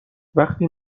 وقتی